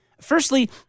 Firstly